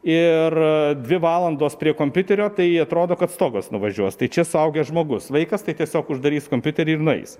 ir dvi valandos prie kompiuterio tai atrodo kad stogas nuvažiuos tai čia suaugęs žmogus vaikas tai tiesiog uždarys kompiuterį ir nueis